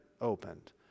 opened